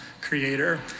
creator